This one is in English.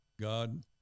God